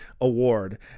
Award